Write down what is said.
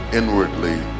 inwardly